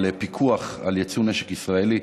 פיקוח על יצוא נשק ישראלי.